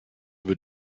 über